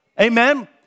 Amen